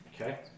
Okay